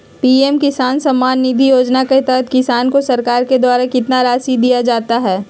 PM किसान सम्मान निधि योजना के तहत किसान को सरकार के द्वारा कितना रासि दिया जाता है?